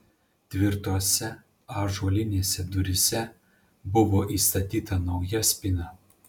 tvirtose ąžuolinėse duryse buvo įstatyta nauja spyna